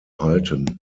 halten